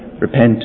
Repent